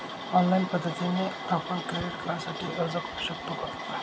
Online पद्धतीने आपण credit कार्डसाठी अर्ज करु शकतो का?